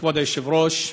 כבוד היושב-ראש,